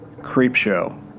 Creepshow